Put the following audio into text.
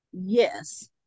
yes